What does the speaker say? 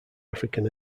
african